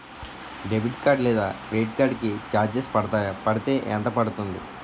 Debit card లేదా credit card కి charges పడతాయా? పడితే ఎంత పడుతుంది?